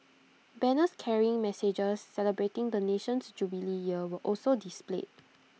banners carrying messages celebrating the nation's jubilee year were also displayed